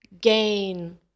gain